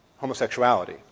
homosexuality